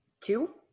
Two